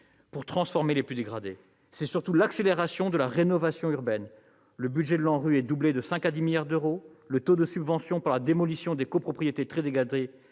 qui sont les plus dégradées. C'est surtout l'accélération de la rénovation urbaine : le budget de l'ANRU est doublé de 5 milliards à 10 milliards d'euros, le taux de subvention pour la démolition des copropriétés très dégradées